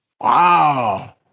Wow